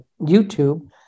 YouTube